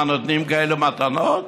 מה, נותנים כאלה מתנות?